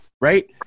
right